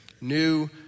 new